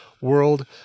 world